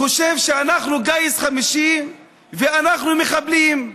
חושב שאנחנו גיס חמישי ואנחנו מחבלים,